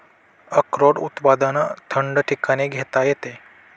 अक्रोड उत्पादन थंड ठिकाणी घेता येते